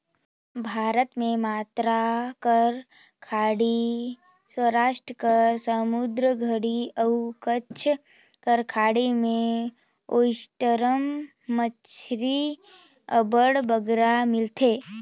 भारत में मन्नार कर खाड़ी, सवरास्ट कर समुंदर घरी अउ कच्छ कर खाड़ी में ओइस्टर मछरी अब्बड़ बगरा मिलथे